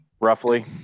roughly